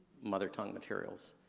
mother tongue materials.